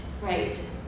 Right